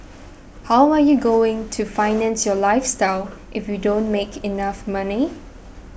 how are you going to finance your lifestyle if you don't make enough money